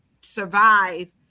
survive